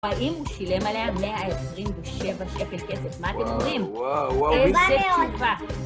והאם הוא שילם עליה 127 שקל כסף, מה אתם אומרים? וואו, וואו, וואו. אין מה לעוד.